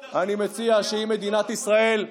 את ההתנתקות בטח השמאלנים